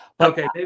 okay